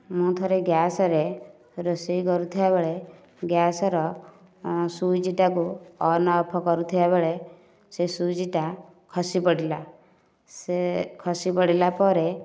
ମୁଁ ଥରେ ଗ୍ୟାସରେ ରୋଷେଇ କରୁଥିବା ବେଳେ ଗ୍ୟାସର ସୁଇଚ୍ ଟାକୁ ଅନ ଅଫ କରୁଥିବା ବେଳେ ସେ ସୁଇଚ୍ ଟା ଖସି ପଡ଼ିଲା ସେ ଖସି ପଡ଼ିଲା ପରେ